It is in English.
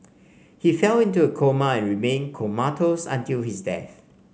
he fell into a coma and remained comatose until his death